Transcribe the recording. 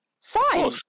five